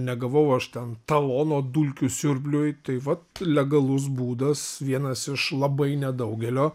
negavau aš ten talono dulkių siurbliui tai vat legalus būdas vienas iš labai nedaugelio